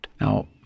Now